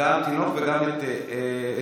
גם תינוק וגם את משפחת,